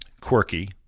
Quirky